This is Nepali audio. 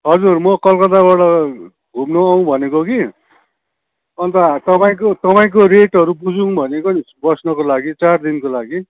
हजुर म कलकत्ताबाट घुम्न आउँ भनेको कि अन्त तपाईँको तपाईँको रेटहरू बुझौँ भनेको नि बस्नुको लागि चार दिनको लागि